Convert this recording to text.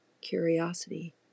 curiosity